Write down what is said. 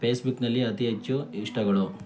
ಪೇಸ್ಬುಕ್ನಲ್ಲಿ ಅತಿ ಹೆಚ್ಚು ಇಷ್ಟಗಳು